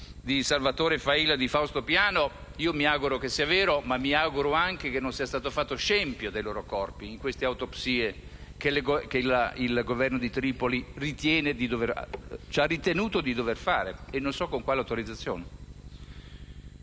di Salvatore Failla e Fausto Piano. Mi auguro che ciò sia vero e anche che non sia stato fatto scempio dei loro corpi durante le autopsie che il Governo di Tripoli ha ritenuto di fare, non so con quali autorizzazioni.